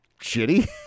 shitty